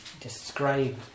describe